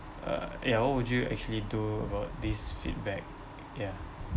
uh ya what would you actually do about this feedback ya